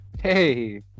Hey